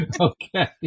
Okay